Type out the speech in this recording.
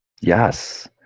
Yes